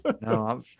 No